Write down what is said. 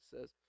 says